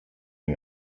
ihn